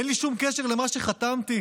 אין לי שום קשר למה שחתמתי,